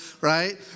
right